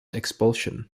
expulsion